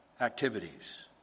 activities